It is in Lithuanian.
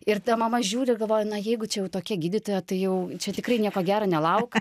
ir ta mama žiūri ir galvoja na jeigu čia jau tokia gydytoja tai jau čia tikrai nieko gero nelauk